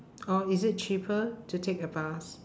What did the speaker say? or is it cheaper to take a bus